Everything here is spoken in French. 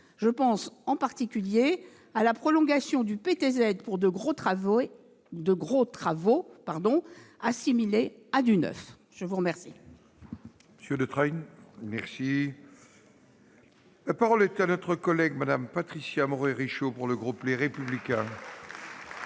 Je pense en particulier à la prolongation du PTZ pour de gros travaux assimilés à du neuf. La parole